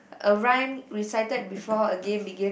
a rhyme recited before a game begin